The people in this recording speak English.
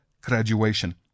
graduation